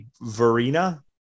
Verena